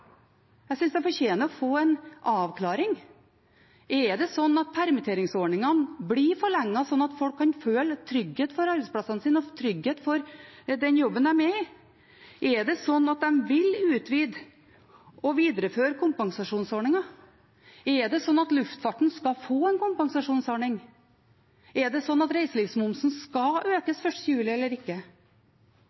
Jeg synes de fortjener å få en avklaring. Er det slik at permitteringsordningen blir forlenget, slik at folk kan føle trygghet for arbeidsplassene sine, trygghet for den jobben de er i? Er det slik at de vil utvide og videreføre kompensasjonsordningen? Er det slik at luftfarten skal få en kompensasjonsordning? Er det slik at reiselivsmomsen skal økes 1. juli eller ikke?